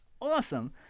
awesome